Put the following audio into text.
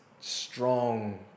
strong